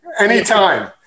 anytime